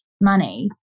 Money